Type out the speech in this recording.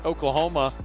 Oklahoma